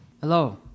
Hello